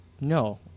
no